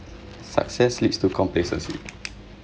success leads to complacency